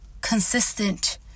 consistent